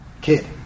kid